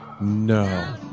No